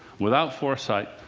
without foresight,